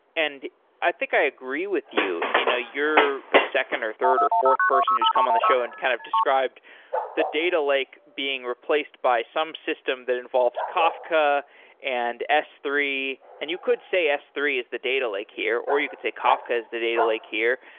and i think i agree with you. you know you're the second or third or fourth person who's come on the show and kind of described the data lake being replaced by some system that involves kafka and s three, and you could say s three is the data lake here, or you could say kafka is the data lake here.